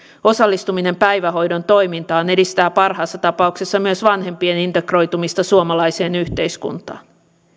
osallistuminen päivähoidon toimintaan edistää parhaassa tapauksessa myös vanhempien integroitumista suomalaiseen yhteiskuntaan